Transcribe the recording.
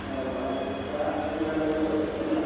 ᱚᱻ ᱦᱚᱸ ᱟᱨ ᱫᱟᱜ ᱥᱩᱵᱤᱫᱷᱟ ᱠᱚᱫᱚ ᱪᱮᱫ ᱠᱚ ᱢᱮᱱᱟᱜ ᱟᱛᱚ